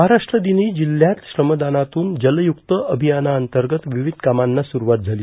महाराष्ट्र दिनी जिल्ह्यात श्रमदानातून जलय्रक्त अभियानाअंतर्गत विविध कामांना सुरुवात झाली